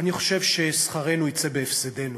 אני חושב ששכרנו יצא בהפסדנו.